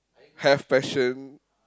have passion